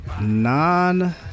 non